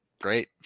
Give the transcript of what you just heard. great